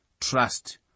trust